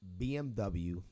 BMW